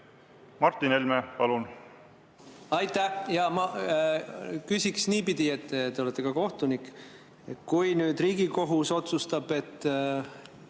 Martin Helme, palun! Aitäh! Jaa, ma küsiksin niipidi, et – te olete ka kohtunik – kui nüüd Riigikohus otsustab, et